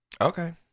Okay